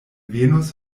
venos